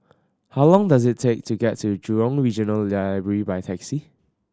how long does it take to get to Jurong Regional Library by taxi